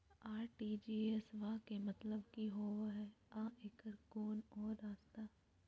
RTGS बा के मतलब कि होबे हय आ एकर कोनो और रस्ता?